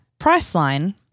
Priceline